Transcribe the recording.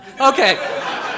Okay